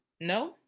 no